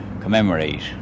commemorate